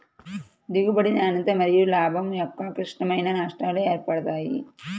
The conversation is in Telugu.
దిగుబడి, నాణ్యత మరియులాభం యొక్క క్లిష్టమైన నష్టాలు ఏర్పడతాయి